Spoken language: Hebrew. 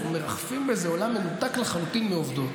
הם מרחפים באיזה עולם מנותק לחלוטין מעובדות,